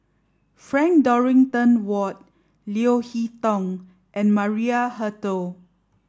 Frank Dorrington Ward Leo Hee Tong and Maria Hertogh